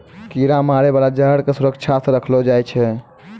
कीरा मारै बाला जहर क सुरक्षा सँ रखलो जाय छै